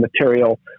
material